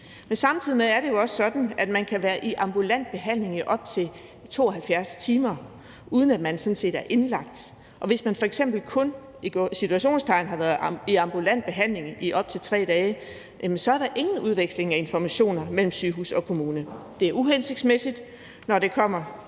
samtidig er det jo også sådan, at man kan være i ambulant behandling i op til 72 timer, uden at man sådan set er indlagt, og hvis man f.eks. i citationstegn kun har været i ambulant behandling i op til 3 dage, er der ingen udveksling af informationer mellem sygehus og kommune. Det er uhensigtsmæssigt, når der er